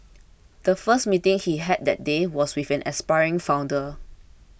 the first meeting he had that day was with an aspiring founder